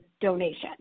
donation